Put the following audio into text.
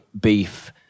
beef